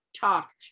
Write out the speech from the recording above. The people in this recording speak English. talk